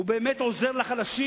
הוא באמת עוזר לחלשים.